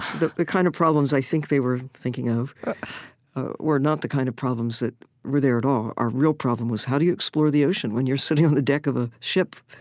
the the kind of problems i think they were thinking of were not the kind of problems that were there at all. our real problem was how do you explore the ocean when you're sitting on the deck of a ship,